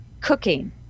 cooking